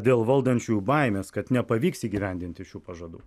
dėl valdančiųjų baimės kad nepavyks įgyvendinti šių pažadų